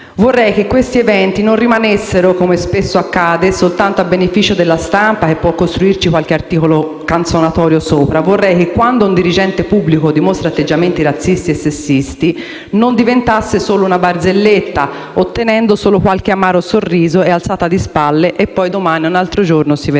Vorrei che eventi siffatti non rimanessero, come spesso accade, soltanto a beneficio della stampa, che può costruirci qualche articolo canzonatorio sopra. Vorrei che, quando un dirigente pubblico dimostra atteggiamenti razzisti e sessisti, non diventasse solo una barzelletta, ottenendo solo qualche amaro sorriso e alzata di spalle e poi domani è un'altro giorno e si vedrà.